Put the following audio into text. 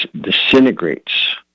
disintegrates